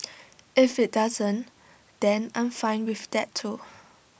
if IT doesn't then I'm fine with that too